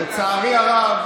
לצערי הרב